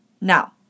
Now